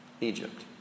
Egypt